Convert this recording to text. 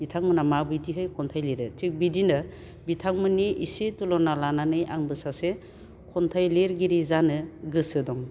बिथांमोनहा माबायदिहाय खन्थाइ लिरो थिग बिदिनो बिथांमोननि इसे थुलुना लानानै आंबो सासे खन्थाइ लिरगिरि जानो गोसो दं